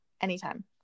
anytime